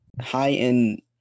High-end